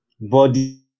body